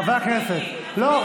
לא.